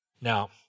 Now